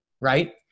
right